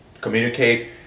Communicate